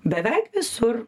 beveik visur